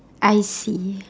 I see